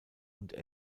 und